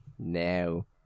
No